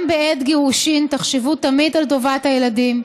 גם בעת גירושין תחשבו תמיד על טובת הילדים.